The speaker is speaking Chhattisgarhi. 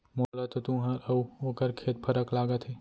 मोला तो तुंहर अउ ओकर खेत फरक लागत हे